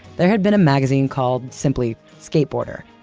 there had been a magazine called simply skateboarder.